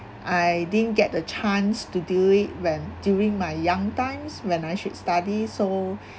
I didn't get a chance to do it when during my young times when I should study so